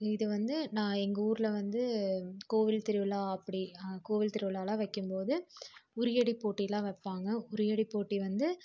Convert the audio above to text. இதை வந்து நான் எங்கூரில் வந்து கோவில் திருவிழா அப்படி கோவில் திருவிழால்லாம் வெக்கும் போது உறியடி போட்டிலாம் வைப்பாங்க உறியடி போட்டி வந்து